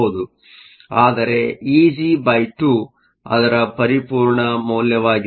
ಆದರೆ Eg2 ಅದರ ಪರಿಪೂರ್ಣ ಮೌಲ್ಯವಾಗಿದೆ